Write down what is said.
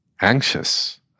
anxious